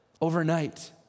overnight